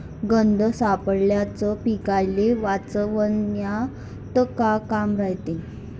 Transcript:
गंध सापळ्याचं पीकाले वाचवन्यात का काम रायते?